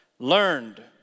Learned